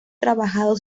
trabajado